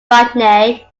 rodney